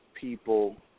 people